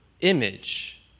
image